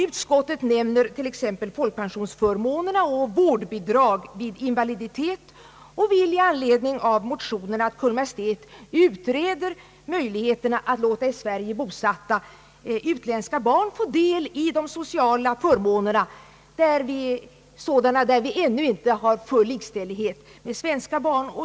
Utskottet nämner t.ex. folkpensionsförmånerna och vårdbidrag vid invaliditet och vill i anledning av motionerna att Kungl. Maj:t utreder möjligheterna att låta i Sverige bosatta utländska barn få del i de sociala förmåner där de ännu inte har full likställighet med svenska barn.